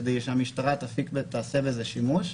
כדי שהמשטרה תפיק ותעשה בזה שימוש,